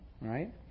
right